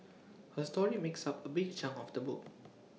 her story makes up A big chunk of the book